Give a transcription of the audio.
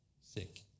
sick